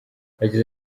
yagize